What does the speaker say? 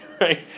right